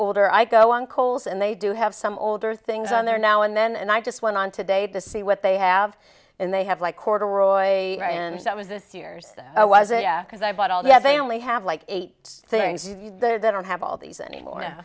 older i go on kohl's and they do have some older things on there now and then and i just went on today to see what they have and they have like corduroy that was this year's was it because i bought all the as they only have like eight things you don't have all these anymore